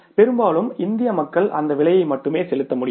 பெரும்பாலும் இந்திய மக்கள் அந்த விலையை மட்டுமே செலுத்த முடியும்